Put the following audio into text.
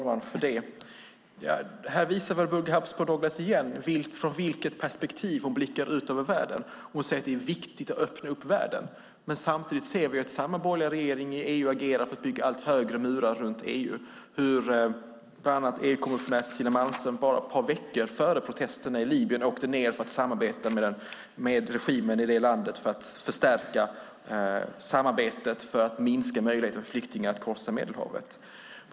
Fru talman! Här visar Walburga Habsburg Douglas igen från vilket perspektiv hon blickar ut över världen. Hon säger att det är viktigt att öppna världen. Men samtidigt ser vi att samma borgerliga regering i EU agerar för att bygga allt högre murar runt EU. Bland annat åkte EU-kommissionär Cecilia Malmström bara ett par veckor före protesterna i Libyen ned för att samarbeta med regimen i det landet för att förstärka samarbetet och minska möjligheterna för flyktingar att korsa Medelhavet.